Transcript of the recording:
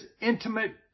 intimate